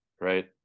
right